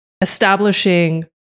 establishing